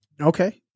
okay